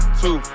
two